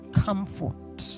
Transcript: comfort